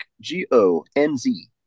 G-O-N-Z